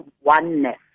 oneness